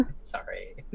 Sorry